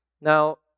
Now